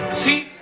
see